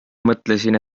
mõtlesin